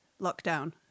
lockdown